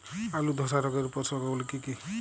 আলুর ধসা রোগের উপসর্গগুলি কি কি?